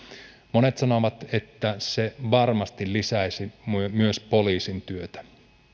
monet sanovat että se varmasti lisäisi myös myös poliisin työtä